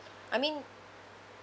I mean